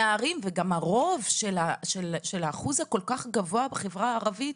האחוז הכל-כך גבוה בחברה הערבית,